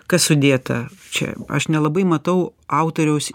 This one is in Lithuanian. kas sudėta čia aš nelabai matau autoriaus